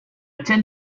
tend